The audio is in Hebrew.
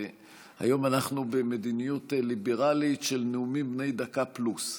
היום אנחנו במדיניות ליברלית של נאומים בני דקה פלוס,